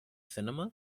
cinema